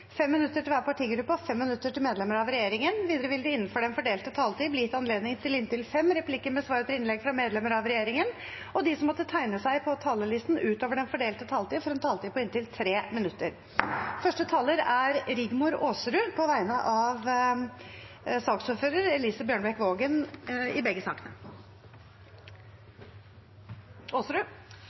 fem replikker med svar etter innlegg fra medlemmer av regjeringen, og de som måtte tegne seg på talerlisten utover den fordelte taletid, får en taletid på inntil 3 minutter. På vegne av saksordfører Bjørnebekk-Waagen vil jeg redegjøre for innstillingene. Bakgrunnen for saken er at i